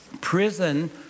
Prison